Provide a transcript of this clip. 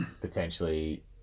potentially